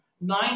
nine